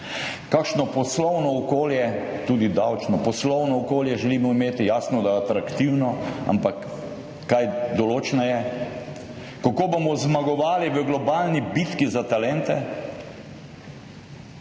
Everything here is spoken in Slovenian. kakšno poslovno okolje, tudi davčno poslovno okolje želimo imeti – jasno, da atraktivno, ampak kaj določneje, kako bomo zmagovali v globalni bitki za talente.